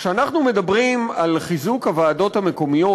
כשאנחנו מדברים על חיזוק הוועדות המקומיות,